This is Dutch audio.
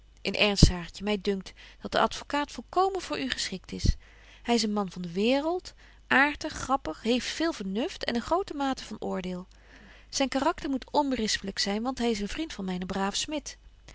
in ernst saartje my dunkt dat de advocaat volkomen voor u geschikt is hy is een man van de waereld aartig grappig heeft veel vernuft en een grote mate van oordeel zyn karakter moet onberispelyk zyn want hy is een vriend van myn braven smit